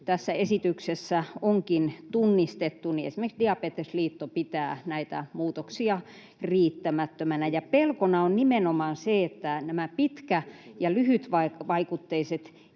tässä esityksessä onkin tunnistettu, niin esimerkiksi Diabetesliitto pitää näitä muutoksia riittämättöminä. Pelkona on nimenomaan se, että pitkä- ja lyhytvaikutteiset